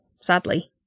sadly